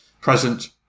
present